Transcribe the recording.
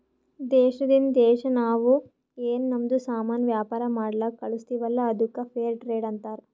ದೇಶದಿಂದ್ ದೇಶಾ ನಾವ್ ಏನ್ ನಮ್ದು ಸಾಮಾನ್ ವ್ಯಾಪಾರ ಮಾಡ್ಲಕ್ ಕಳುಸ್ತಿವಲ್ಲ ಅದ್ದುಕ್ ಫೇರ್ ಟ್ರೇಡ್ ಅಂತಾರ